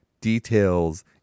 details